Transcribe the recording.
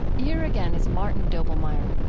here again is martin doblmeier